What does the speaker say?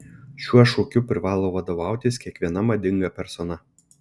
šiuo šūkiu privalo vadovautis kiekviena madinga persona